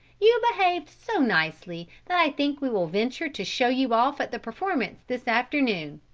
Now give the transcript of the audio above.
you behaved so nicely that i think we will venture to show you off at the performance this afternoon.